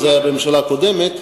וזה היה בממשלה הקודמת,